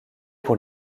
pour